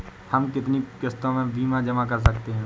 हम कितनी किश्तों में बीमा जमा कर सकते हैं?